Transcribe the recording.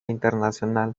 internacional